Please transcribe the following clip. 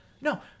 No